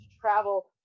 travel